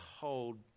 hold